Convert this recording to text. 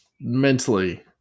mentally